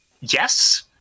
yes